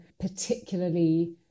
particularly